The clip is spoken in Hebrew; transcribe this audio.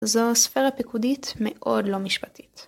זו ספירה פיקודית מאוד לא משפטית.